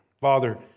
Father